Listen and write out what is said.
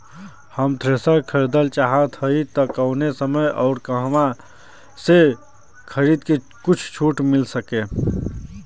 हम थ्रेसर खरीदल चाहत हइं त कवने समय अउर कहवा से खरीदी की कुछ छूट मिल सके?